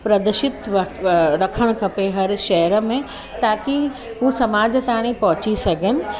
प्रदर्शित व व रखणु खपे हर शहर में ताकि हू समाज ताईं पहुची सघनि